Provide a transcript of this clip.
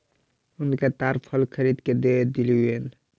हुनका ताड़ फल खरीद के दअ दियौन